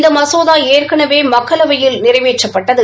இந்த மசோதா ஏற்கனவே மக்களவையில் நிறைவேற்றப்பட்டது